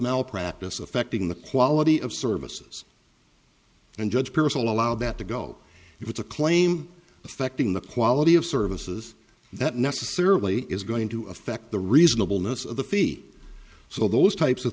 malpractise affecting the quality of services and judge pierce allow that to go if it's a claim affecting the quality of services that necessarily is going to affect the reasonable most of the fee so those types of